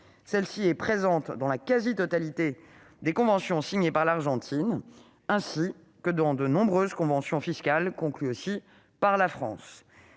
clause est présente dans la quasi-totalité des conventions signées par l'Argentine, ainsi que dans de nombreuses conventions fiscales conclues par la France.